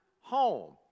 home